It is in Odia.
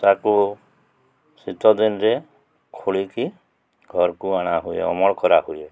ତାକୁ ଶୀତ ଦିନରେ ଖୋଳିକି ଘରକୁ ଅଣା ହୁଏ ଅମଳ କରା ହୁଏ